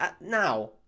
Now